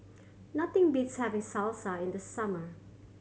nothing beats having Salsa in the summer